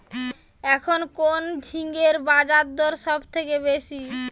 এখন কোন ঝিঙ্গের বাজারদর সবথেকে বেশি?